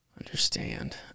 understand